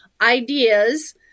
ideas